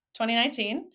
2019